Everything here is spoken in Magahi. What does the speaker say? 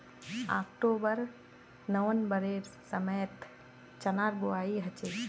ऑक्टोबर नवंबरेर समयत चनार बुवाई हछेक